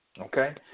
Okay